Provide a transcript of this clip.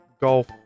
golf